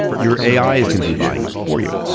your ai is going to be buying it for you.